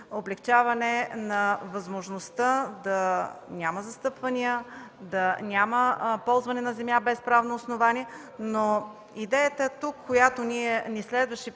облекчаване на възможността да няма застъпвания, да няма ползване на земя без правно основание. Идеята тук, която ни следваше